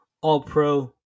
all-pro